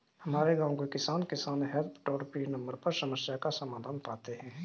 हमारे गांव के किसान, किसान हेल्प टोल फ्री नंबर पर समस्या का समाधान पाते हैं